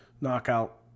knockout